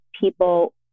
people